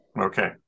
Okay